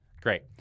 Great